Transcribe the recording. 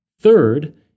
Third